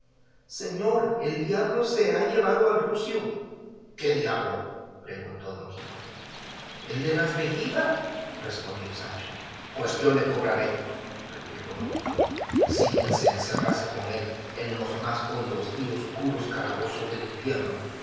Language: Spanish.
señor el diablo se ha llevado al rucio qué diablo preguntó don quijote el de las vejigas respondió sancho pues yo le cobraré replicó don quijote si bien se encerrase con él en los más hondos y escuros calabozos del infierno